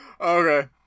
Okay